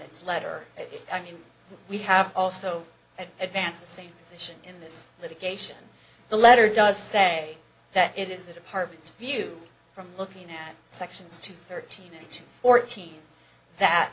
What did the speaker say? its letter i mean we have also had advanced the same position in this litigation the letter does say that it is the department's view from looking at sections two thirteen to fourteen that